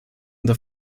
this